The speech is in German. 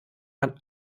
man